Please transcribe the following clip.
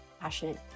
passionate